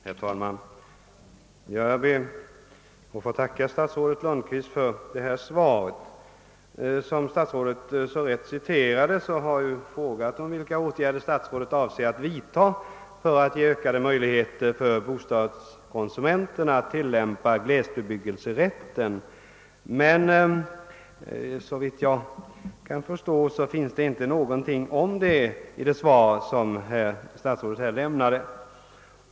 Herr talman! Jag ber att få tacka statsrådet Lundkvist för svaret. Som statsrådet så riktigt citerade har jag frågat vilka åtgärder statsrådet är beredd att vidta för att ge ökade möjligheter för bostadskonsumenterna att tilllämpa glesbebyggelserätten. Såvitt jag förstår finns det dock ingenting om detta i statsrådets svar.